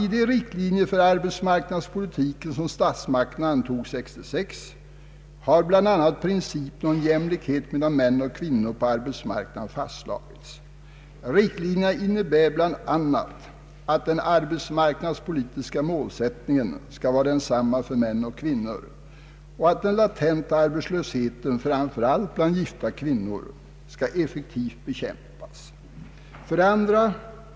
”I de riktlinjer för arbetsmarknadspolitiken som statsmakterna antog år 1966 har bl.a. principen om jämlikhet mellan män och kvinnor på arbetsmarknaden fastslagits. Riktlinjerna innebär således bl.a. att den arbetsmarknadspolitiska målsättningen skall vara densamma för kvinnlig arbetskraft som för manlig ——— Vidare framhålls exempelvis att den latenta arbetslösheten bland framför allt gifta kvinnor måste effektivt bekämpas.” 2.